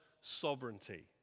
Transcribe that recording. sovereignty